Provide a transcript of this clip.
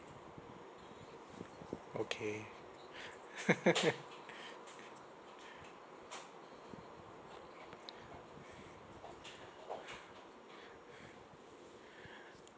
okay